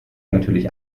natürlich